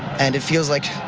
and it feels like